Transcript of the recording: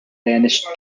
banished